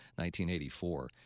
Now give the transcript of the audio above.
1984